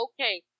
okay